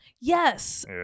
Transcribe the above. Yes